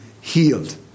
healed